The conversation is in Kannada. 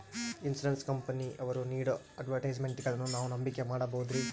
ಇನ್ಸೂರೆನ್ಸ್ ಕಂಪನಿಯವರು ನೇಡೋ ಅಡ್ವರ್ಟೈಸ್ಮೆಂಟ್ಗಳನ್ನು ನಾವು ನಂಬಿಕೆ ಮಾಡಬಹುದ್ರಿ?